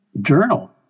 journal